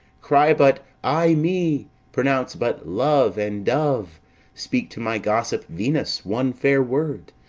cry but ay me pronounce but love and dove speak to my gossip venus one fair word,